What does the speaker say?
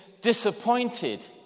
disappointed